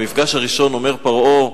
במפגש הראשון אומר פרעה,